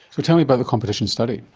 so tell me about the competition study.